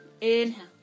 Inhale